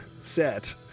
set